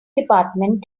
department